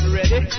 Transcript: ready